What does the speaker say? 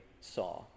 saw